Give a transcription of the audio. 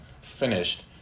finished